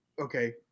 okay